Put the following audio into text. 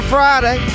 Friday